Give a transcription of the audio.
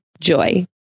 Joy